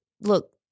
look